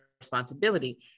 responsibility